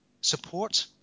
support